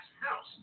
house